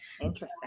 Interesting